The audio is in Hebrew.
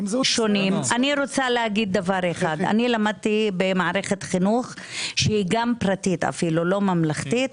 אני למדתי במערכת חינוך שהיא גם פרטית לא ממלכתית,